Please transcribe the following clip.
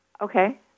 Okay